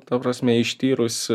ta prasme ištyrus